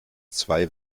zwei